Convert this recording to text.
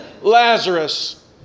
Lazarus